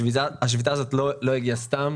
השביתה הזאת לא הגיעה סתם,